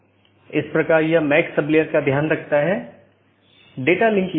जैसा कि हमने देखा कि रीचैबिलिटी informations मुख्य रूप से रूटिंग जानकारी है